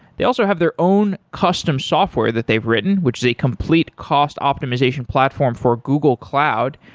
they also have their own custom software that they've written, which is a complete cost optimization platform for google cloud,